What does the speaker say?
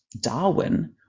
Darwin